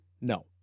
No